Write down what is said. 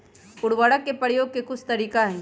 उरवरक के परयोग के कुछ तरीका हई